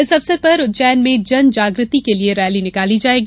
इस अवसर पर उज्जैन में जन जागृति के लिये रैली निकाली जायेगी